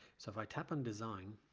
so if i tap on design